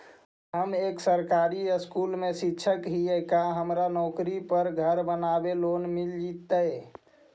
हम एक सरकारी स्कूल में शिक्षक हियै का हमरा नौकरी पर घर बनाबे लोन मिल जितै?